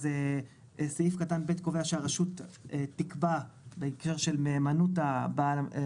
אז סעיף קטן ב' קובע שהרשות תקבע בהיכר של מהימנות של בעל הרישיון,